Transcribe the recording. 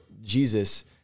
Jesus